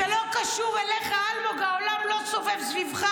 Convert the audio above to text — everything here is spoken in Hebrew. זה לא קשור אליך, אלמוג, העולם לא סובב סביבך.